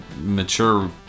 mature